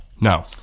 no